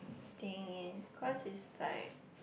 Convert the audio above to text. staying in cause is like